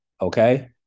okay